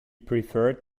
preferred